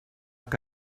que